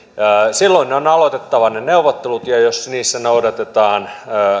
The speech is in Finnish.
silloin on aloitettava ne neuvottelut ja jos niissä noudatetaan